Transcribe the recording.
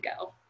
go